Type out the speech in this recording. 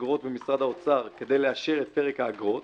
אגרות במשרד האוצר כדי לאשר את פרק האגרות